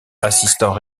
assistant